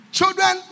Children